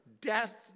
death